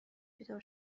بیدار